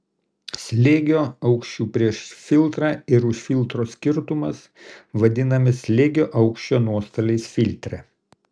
slėgio aukščių prieš filtrą ir už filtro skirtumas vadinamas slėgio aukščio nuostoliais filtre